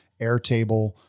Airtable